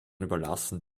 überlassen